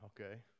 okay